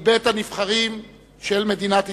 היא בית-הנבחרים של מדינת ישראל,